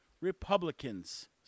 Republicans